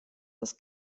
das